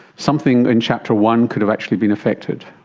something in chapter one could have actually been affected.